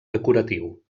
decoratiu